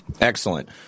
Excellent